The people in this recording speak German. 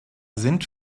sind